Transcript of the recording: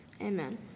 Amen